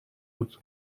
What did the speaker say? بود